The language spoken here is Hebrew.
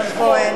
אמנון כהן.